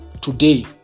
today